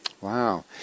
Wow